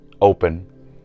open